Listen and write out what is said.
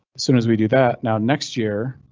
soon as we do that now, next year